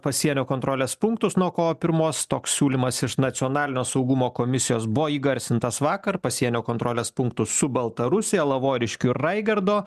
pasienio kontrolės punktus nuo kovo pirmos toks siūlymas iš nacionalinio saugumo komisijos buvo įgarsintas vakar pasienio kontrolės punktus su baltarusija lavoriškių ir raigardo